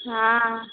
हँ